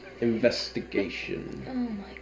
investigation